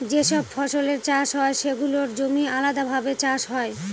যে সব ফসলের চাষ হয় সেগুলোর জমি আলাদাভাবে চাষ হয়